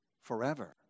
forever